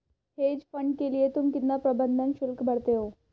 Hedge fund के लिए तुम कितना प्रबंधन शुल्क भरते हो?